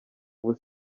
ubu